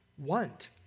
Want